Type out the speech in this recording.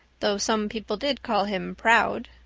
though some people did call him proud.